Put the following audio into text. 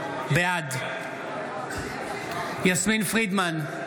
בעד יסמין פרידמן,